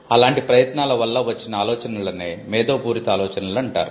అలాంటి ప్రయత్నాల వల్ల వచ్చిన ఆలోచనలనే 'మేధోపూరిత' ఆలోచనలు అంటారు